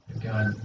God